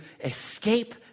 escape